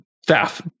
staff